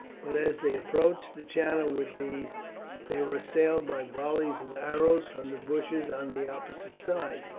but as they approached the channel with these they were assailed by volleys of arrows from the bushes on the opposite side.